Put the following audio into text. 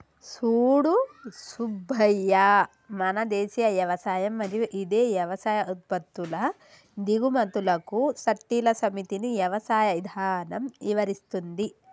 సూడు సూబ్బయ్య మన దేసీయ యవసాయం మరియు ఇదే యవసాయ ఉత్పత్తుల దిగుమతులకు సట్టిల సమితిని యవసాయ ఇధానం ఇవరిస్తుంది